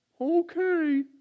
Okay